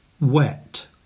wet